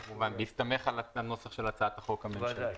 בהסתמך על הנוסח של הצעת החוק הממשלתית.